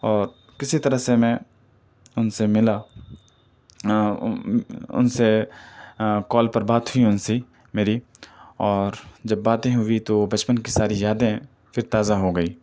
اور کسی طرح سے میں ان سے ملا ان سے کال پر بات ہوئی ان سے میری اور جب باتیں ہوئی تو بچپن کی ساری یادیں پھر تازہ ہو گئی